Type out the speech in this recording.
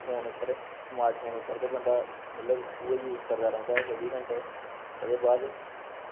phone उप्पर smart phone उप्पर ते बंदा मतलव उऐ जूस करदा रौंह्दा चौह्वी घैंटे ओह्दे बाद